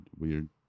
weird